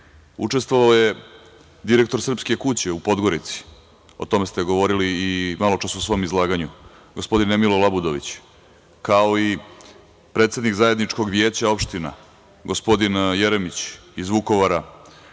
Učestvovao je direktor Srpske kuće u Podgorici, o tome ste govorili i maločas u svom izlaganju, gospodin Mile Labudović, kao i predsednik Zajedničkog vijeća opština, gospodin Jeremić iz Vukovara,